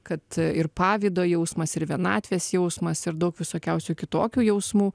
kad ir pavydo jausmas ir vienatvės jausmas ir daug visokiausių kitokių jausmų